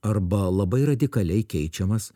arba labai radikaliai keičiamas